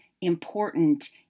important